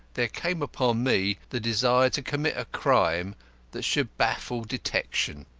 there came upon me the desire to commit a crime that should baffle detection.